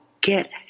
get